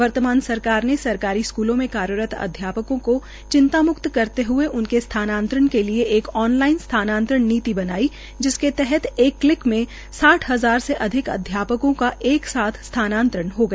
वर्तमान सरकार ने सरकारी स्कूलों में कार्यरत अध्यापकों को चिंतामुक्त करते हए उनके स्थानांतरण नीति बनाई जिसके तहत एक क्लिक में साठ हजार से अधिक अध्यापकों को एक साथ स्थानातंरण हो गया